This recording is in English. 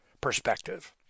perspective